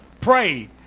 pray